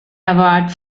award